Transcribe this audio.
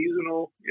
seasonal